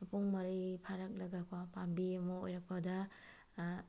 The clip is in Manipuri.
ꯃꯄꯨꯡ ꯃꯔꯩ ꯐꯥꯔꯛꯂꯒꯀꯣ ꯄꯥꯝꯕꯤ ꯑꯃ ꯑꯣꯏꯔꯛꯄꯗ